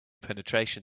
penetration